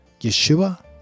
yeshua